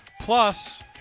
Plus